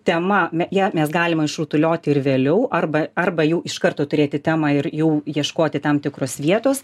tema ją mes galima išrutulioti ir vėliau arba arba jau iš karto turėti temą ir jau ieškoti tam tikros vietos